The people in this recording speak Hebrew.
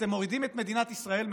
אתם מורידים את מדינת ישראל מהפסים.